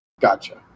Gotcha